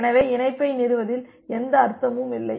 எனவே இணைப்பை நிறுவுவதில் எந்த அர்த்தமும் இல்லை